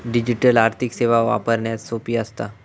digital आर्थिक सेवा वापरण्यास सोपी असता